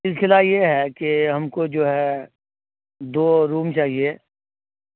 التجاء یہ ہے کہ ہم کو جو ہے دو روم چاہیے